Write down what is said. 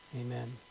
Amen